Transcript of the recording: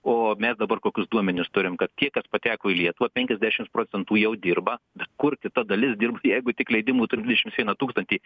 o mes dabar kokius duomenis turim kad tie kas pateko į lietuvą penkiasdešims procentų jau dirba bet kur kita dalis dirba jeigu tik leidimų turim dvidešims vieną tūkstantį